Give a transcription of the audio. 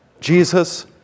Jesus